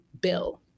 bill